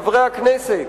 חברי הכנסת,